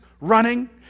running